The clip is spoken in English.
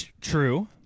True